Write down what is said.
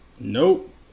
nope